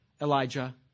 Elijah